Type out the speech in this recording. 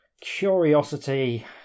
curiosity